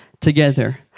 together